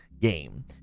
game